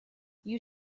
you